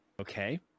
Okay